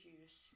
use